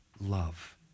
love